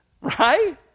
right